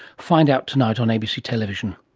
find out tonight on abc television.